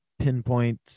pinpoint